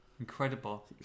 Incredible